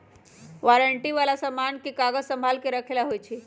warranty वाला समान के कागज संभाल के रखे ला होई छई